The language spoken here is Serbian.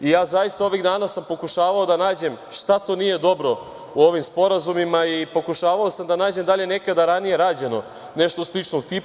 Ja sam zaista ovih dana pokušavao da nađem šta to nije dobro u ovim sporazumima i pokušavao sam da nađem da li je nekada ranije rađeno nešto sličnog tipa.